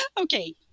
Okay